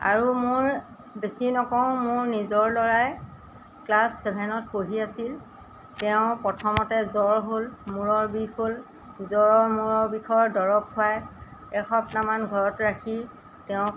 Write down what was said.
আৰু মোৰ বেছি নকওঁ মোৰ নিজৰ ল'ৰাই ক্লাছ ছেভেনত পঢ়ি আছিল তেওঁ প্ৰথমতে জ্বৰ হ'ল মূৰৰ বিষ হ'ল জ্বৰৰ মূৰৰ বিষৰ দৰৱ খোৱাই এসপ্তাহমান ঘৰত ৰাখি তেওঁক